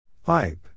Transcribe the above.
Pipe